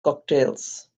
cocktails